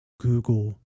Google